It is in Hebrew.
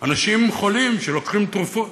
אנשים חולים שלוקחים תרופות.